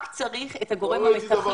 רק צריך את הגורם המתכלל.